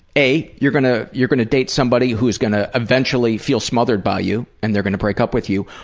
a you're gonna you're gonna date somebody who's gonna eventually feel smothered by you and they're gonna break up with you,